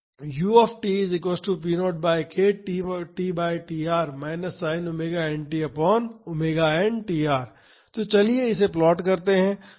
तो चलिए इसे प्लॉट करते हैं